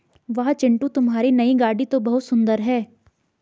वाह चिंटू तुम्हारी नई गाड़ी तो बहुत सुंदर है